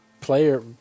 player